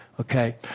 Okay